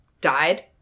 died –